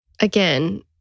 Again